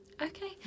Okay